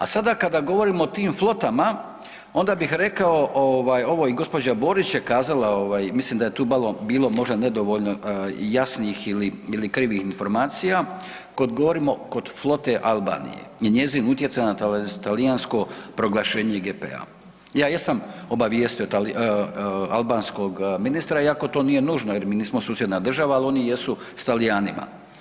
A sada kada govorimo o tim flotama onda bih rekao, gđa. Borić je kazala mislim da je tu malo bilo možda nedovoljno jasnih ili krivih informacija, kad govorimo kod flote Albanije i njezin utjecaj na talijansko proglašenje IGP-a, ja jesam obavijesti albanskog ministra iako to nije nužno jer mi nismo susjedna država, ali oni jesu s Talijanima.